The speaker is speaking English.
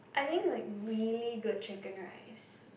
I think like really good Chicken Rice